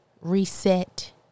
reset